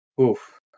Oof